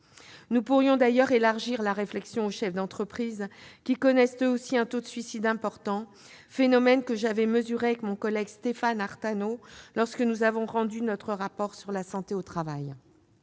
Nous pourrions d'ailleurs élargir la réflexion aux chefs d'entreprise, qui connaissent eux aussi un taux de suicide élevé, phénomène que j'avais mesuré avec notre collègue Stéphane Artano lorsque nous avions rédigé notre rapport sur la santé au travail.